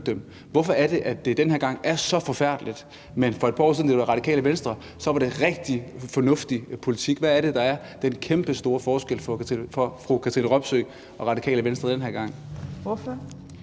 Hvorfor er det, at det den her gang er så forfærdeligt, når Radikale Venstre for et par år siden mente, det var en rigtig fornuftig politik? Hvad er det, der er den kæmpestore forskel for fru Katrine Robsøe og Radikale Venstre den her gang?